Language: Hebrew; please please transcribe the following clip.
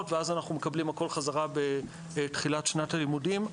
ואז אנחנו מקבלים הכול חזרה בתחילת שנת הלימודים.